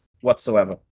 whatsoever